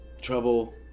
trouble